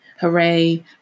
Hooray